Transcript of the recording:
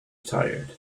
tired